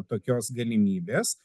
tokios galimybės